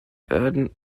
werden